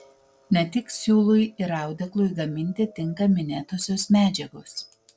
ne tik siūlui ir audeklui gaminti tinka minėtosios medžiagos